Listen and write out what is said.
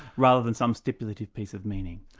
rather than some stipulative piece of meaning?